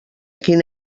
quin